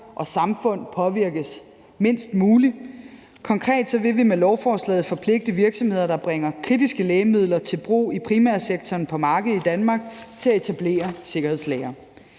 og samfund påvirkes mindst muligt. Konkret vil vi med lovforslaget forpligte virksomheder, der bringer kritiske lægemidler til brug i primærsektoren på markedet i Danmark, til at etablere sikkerhedslagre.